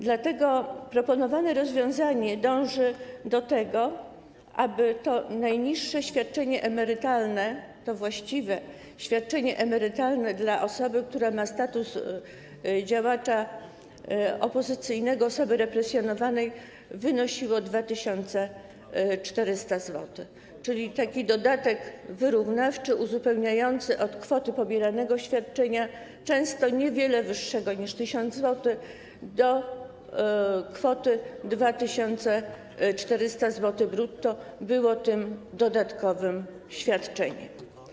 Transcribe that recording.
Dlatego w proponowanym rozwiązaniu dążymy do tego, aby to najniższe świadczenie emerytalne, to właściwe świadczenie emerytalne dla osoby, która ma status działacza opozycyjnego, osoby represjonowanej, wynosiło 2400 zł, czyli chodzi o to, żeby ten dodatek wyrównawczy, uzupełniający od kwoty pobieranego świadczenia, często niewiele wyższego niż 1 tys. zł, do kwoty 2400 zł brutto był tym dodatkowym świadczeniem.